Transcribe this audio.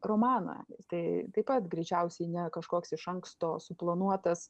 romaną tai taip pat greičiausiai ne kažkoks iš anksto suplanuotas